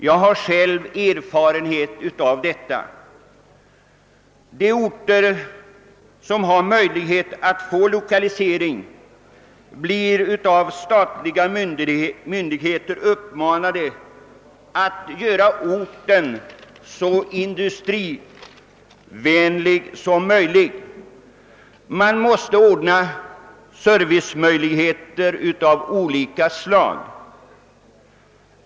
Jag har själv erfarenhet därvidlag. De orter som har möjlighet att få 1okalisering blir av statliga myndigheter uppmanade att göra orten så industrivänlig som möjligt — man måste ordna service av olika slag.